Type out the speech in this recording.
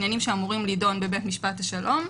זה עניינים שאמורים להידון בבית משפט השלום,